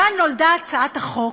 מכאן נולדה הצעת החוק,